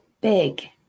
Big